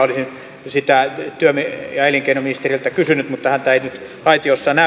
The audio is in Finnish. olisin sitä työ ja elinkeinoministeriltä kysynyt mutta häntä ei nyt aitiossa näy